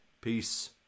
Peace